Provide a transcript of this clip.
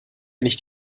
nicht